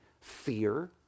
fear